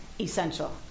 essential